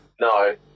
No